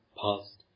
past